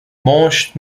مشت